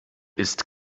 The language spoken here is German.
ist